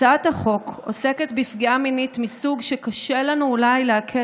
הצעת החוק עוסקת בפגיעה מינית מסוג שקשה לנו אולי לעכל,